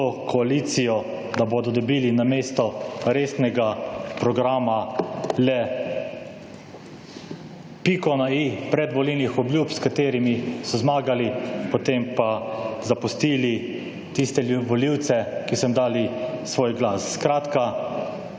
koalicijo, da bodo dobili namesto resnega programa, le piko ne i predvolilnih obljub, s katerimi so zmagali, potem za zapustili tiste volivce, ki so jim dali svoj glas. Skratka,